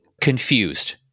confused